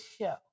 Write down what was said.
show